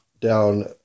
down